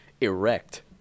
erect